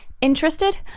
Interested